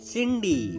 Cindy